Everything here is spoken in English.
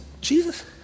Jesus